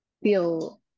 feel